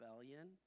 rebellion